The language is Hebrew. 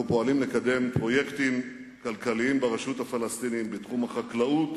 אנחנו פועלים לקדם פרויקטים כלכליים ברשות הפלסטינית בתחום החקלאות,